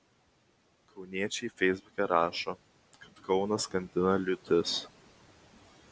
kauniečiai feisbuke rašo kad kauną skandina liūtis